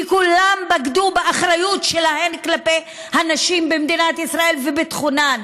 כי כולם בגדו באחריות שלהם כלפי הנשים במדינת ישראל ובביטחונן.